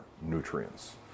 nutrients